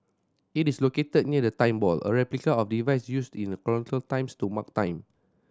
it is located near the Time Ball a replica of the device used in colonial times to mark time